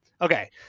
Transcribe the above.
okay